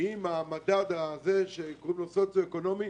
עם המדד שקוראים לו סוציואקונומי.